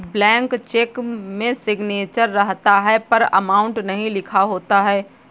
blank cheque में signature रहता है पर अमाउंट नहीं लिखा होता है